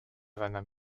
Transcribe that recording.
seinen